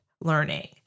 learning